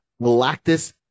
Galactus